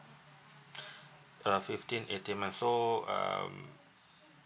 uh fifteen eighteen month so um